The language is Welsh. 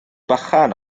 bychan